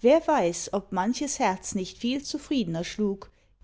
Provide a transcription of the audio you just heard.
wer weiß ob manches herz nicht viel zufriedner schlug